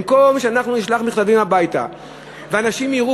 במקום שאנחנו נשלח מכתבים הביתה ואנשים יראו